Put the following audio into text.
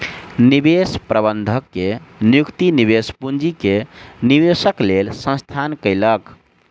निवेश प्रबंधक के नियुक्ति निवेश पूंजी के निवेशक लेल संस्थान कयलक